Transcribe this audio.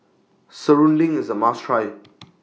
Serunding IS A must Try